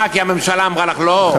מה, כי הממשלה אמרה לך לא?